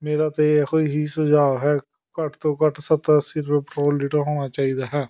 ਮੇਰਾ ਤਾਂ ਇਹੋ ਹੀ ਸੁਝਾਅ ਹੈ ਘੱਟ ਤੋਂ ਘੱਟ ਸੱਤਰ ਅੱਸੀ ਰੁਪਏ ਪੈਟਰੋਲ ਲੀਟਰ ਹੋਣਾ ਚਾਹੀਦਾ ਹੈ